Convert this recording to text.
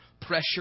pressure